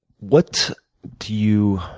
what do you